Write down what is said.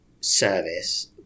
service